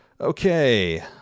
okay